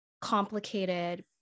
complicated